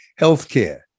Healthcare